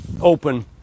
open